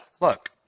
Look